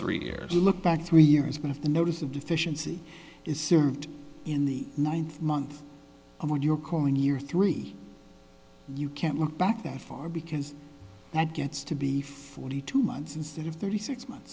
three years you look back three years but if the notice of deficiency is served in the ninth month when you're calling your three you can't look back that far because that gets to be forty two months instead of thirty six months